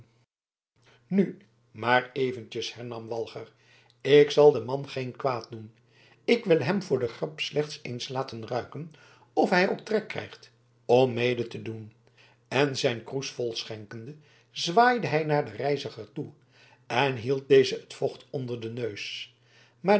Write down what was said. nu maar eventjes hernam walger ik zal den man geen kwaad doen ik wil hem voor de grap slechts eens laten ruiken of hij ook trek krijgt om mede te doen en zijn kroes volschenkende zwaaide hij naar den reiziger toe en hield dezen het vocht onder den neus maar